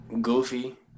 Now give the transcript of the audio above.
Goofy